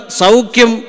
Saukim